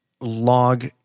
log